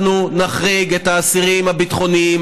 אנחנו נחריג את האסירים הביטחוניים,